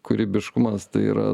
kūrybiškumas tai yra